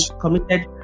committed